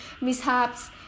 mishaps